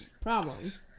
problems